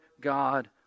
God